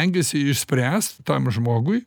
stengiasi išspręst tam žmogui